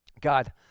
God